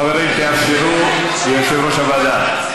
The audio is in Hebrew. חברים, תאפשרו ליושב-ראש הוועדה.